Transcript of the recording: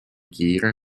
kiire